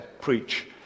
preach